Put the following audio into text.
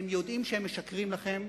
יודעים שהם משקרים לכם,